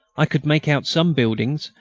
i could make out some buildings,